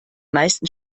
meisten